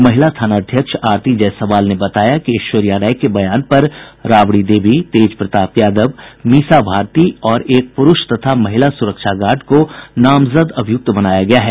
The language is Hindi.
महिला थानाध्यक्ष आरती जायसवाल ने बताया कि ऐश्वर्या राय के बयान पर राबड़ी देवी तेजप्रताप यादव मीसा भारती और एक पुरूष तथा महिला सुरक्षा गार्ड को नामजद अभियुक्त बनाया गया है